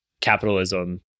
capitalism